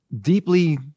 deeply